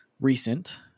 recent